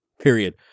period